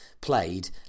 played